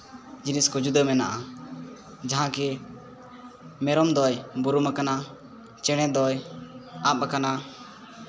ᱡᱤᱱᱤᱥ ᱠᱚ ᱡᱩᱫᱟᱹ ᱢᱮᱱᱟᱜᱼᱟ ᱡᱟᱦᱟᱸ ᱜᱮ ᱢᱮᱨᱚᱢ ᱫᱚᱭ ᱵᱩᱨᱩᱢᱟᱠᱟᱱᱟ ᱪᱮᱬᱮ ᱫᱚᱭ ᱟᱵ ᱟᱠᱟᱱᱟ